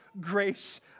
grace